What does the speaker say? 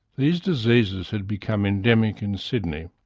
these diseases had become endemic in sydney.